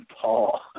Paul